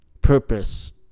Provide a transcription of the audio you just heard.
purpose